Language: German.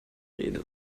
rede